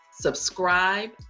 Subscribe